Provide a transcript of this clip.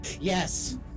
Yes